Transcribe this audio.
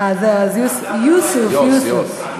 זהו, יוּסוּף, יוסוף.